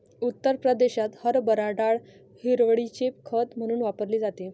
उत्तर प्रदेशात हरभरा डाळ हिरवळीचे खत म्हणून वापरली जाते